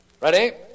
Ready